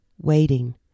waiting